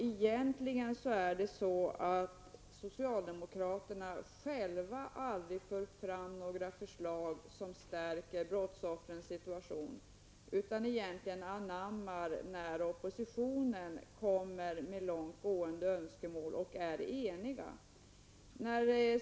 Egentligen för socialdemokraterna själva aldrig fram några förslag som stärker brottsoffrens situation, utan de anammar förslag när oppositionen kommer med långt gående önskemål och är eniga.